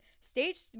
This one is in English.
stage